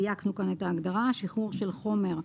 שחרור של חומר,